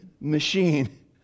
machine